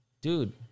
dude